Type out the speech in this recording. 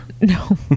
no